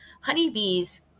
Honeybees